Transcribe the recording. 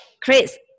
chris